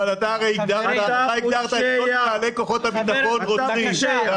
אבל אתה הרי --- כוחות הביטחון רוצחים.